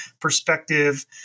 perspective